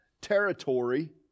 territory